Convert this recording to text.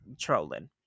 trolling